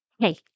Hey